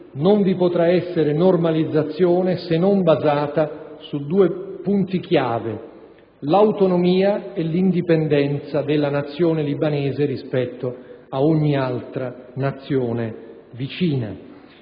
non vi potrà essere normalizzazione se non basata su due punti chiave, l'autonomia e l'indipendenza della nazione libanese rispetto ad ogni altra nazione vicina.